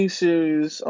series